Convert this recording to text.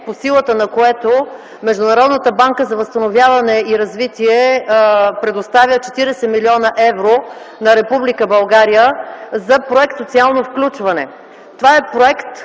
по силата на което Международната банка за възстановяване и развитие предоставя 40 млн. евро на Република България за проект „Социално включване”. Това е проект,